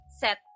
set